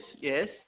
yes